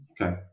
Okay